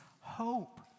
hope